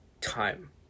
time